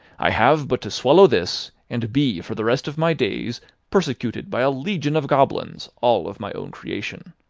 i have but to swallow this, and be for the rest of my days persecuted by a legion of goblins, all of my own creation.